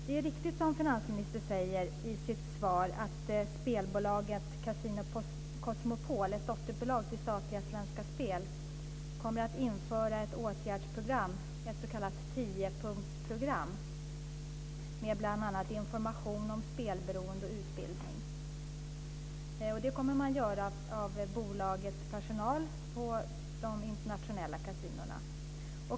Det är riktigt som finansministern säger i sitt svar att spelbolaget Casino Cosmopol, ett dotterbolag till statliga Svenska Spel, kommer att införa ett åtgärdsprogram, ett s.k. tiopunktsprogram, med bl.a. information om spelberoende och utbildning. Det kommer att göras av bolagets personal på de internationella kasinona.